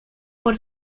por